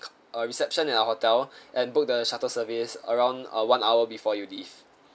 uh reception at our hotel and book the shuttle service around uh one hour before you leave